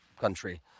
country